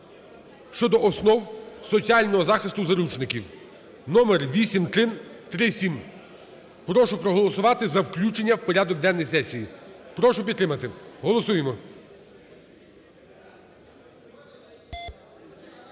(щодо основ соціального захисту заручників) (№ 8337). Прошу проголосувати за включення у порядок денний сесії, прошу підтримати. Голосуємо.